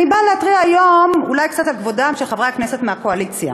אני באה להתריע היום אולי קצת על כבודם של חברי הכנסת מהקואליציה.